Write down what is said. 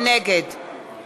נגד